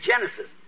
Genesis